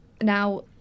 Now